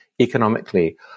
economically